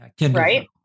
Right